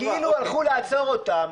והוא מדבר כאילו הלכו לעצור אותם,